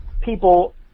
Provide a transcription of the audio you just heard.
People